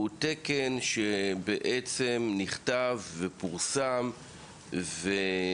הוא תקן שנכתב, יושם והוחל